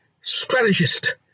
strategist